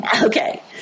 okay